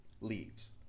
leaves